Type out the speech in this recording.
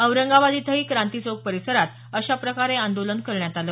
औरंगाबाद इथंही क्रांतीचौक परिसरात अशाप्रकारे आंदोलन करण्यात आल